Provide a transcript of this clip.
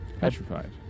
petrified